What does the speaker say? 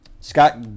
Scott